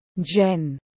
Jen